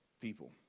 people